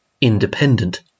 independent